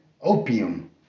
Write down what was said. opium